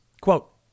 Quote